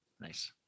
Nice